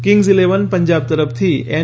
Kings Eleven Punjab તરફથી N